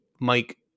Mike